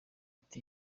ati